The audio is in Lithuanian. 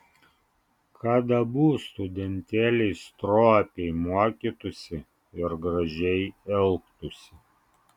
kad abu studentėliai stropiai mokytųsi ir gražiai elgtųsi